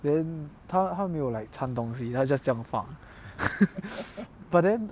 then 她她没有 like 掺东西她 just 这样放 but then